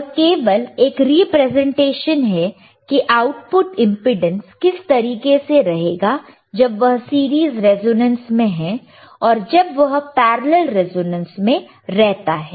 यह केवल एक रिप्रेजेंटेशन है की आउटपुट इंपेडेंस किस तरीके से रहेगा जब वह सीरीज रिजोनेंस में है और जब वह पैरेलल रिजोनेंस में रहता है